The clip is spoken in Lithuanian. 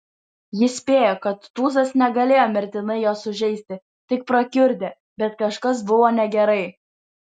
jis spėjo kad tūzas negalėjo mirtinai jo sužeisti tik prakiurdė bet kažkas buvo negerai